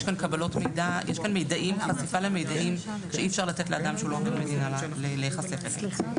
יש כאן חשיפה למידעים שאי אפשר לתת לאדם שהוא לא צריך להיחשף אליהם.